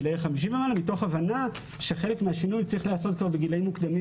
מתוך הבנה שחלק מהשינוי צריך להיעשות כבר בגילאים מוקדמים